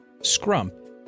Scrump